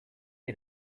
est